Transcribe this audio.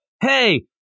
hey